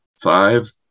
five